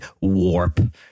warp